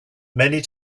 many